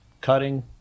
cutting